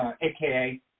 aka